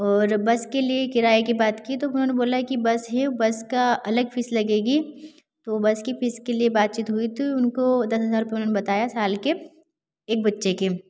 और बस के लिए किराए की बात की तो उन्होंने बोला कि बस है बस का अलग फ़ीस लगेगी तो बस की फ़ीस के लिए बातचीत हुई तो उनको दस हज़ार रूपये उन्होंने बताया साल के एक बच्चे के